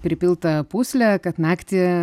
pripiltą pūslę kad naktį